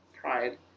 pride